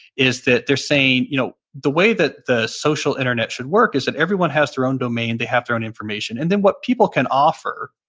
is that they're saying you know the way that the social internet should work is that everyone has their own domain, they have their own information and what people can offer,